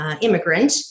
immigrant